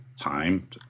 time